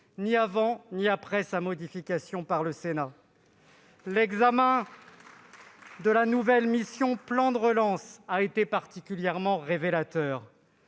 ni avant ni après sa modification par le Sénat. L'examen de la nouvelle mission « Plan de relance » a été particulièrement révélateur.